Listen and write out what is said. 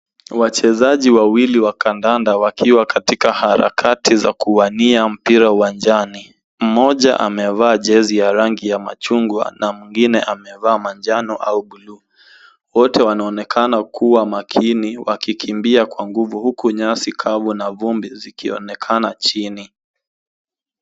Wachezaji wawili wa kandanda wakiwa katika harakati za kuwania mpira uwanjani. Mmoja amevaa jezi ya rangi ya machungwa na mwingine amevaa manjano au bluu. Wote wanaonekana kuwa makini wakikimbia kwa nguvu huku nyasi kavu na vumbi zikionekana chini.